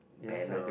banner